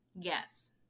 Yes